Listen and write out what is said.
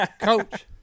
Coach